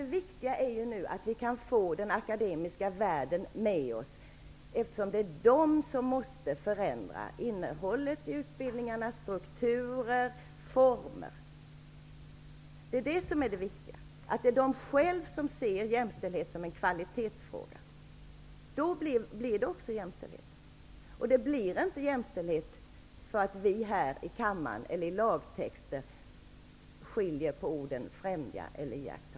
Det viktiga nu är ju att vi kan få den akademiska världen med oss, eftersom det är den som måste förändra innehållet i utbildningarnas strukturer och former. Det som är viktigt är alltså att den akademiska världen ser jämställdheten som en kvalitetsfråga -- då blir det jämställdhet. Det blir inte jämställdhet i och med att vi i debatter här i kammaren eller i lagtext skiljer mellan ''främja'' och ''iaktta''.